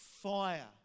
fire